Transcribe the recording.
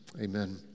Amen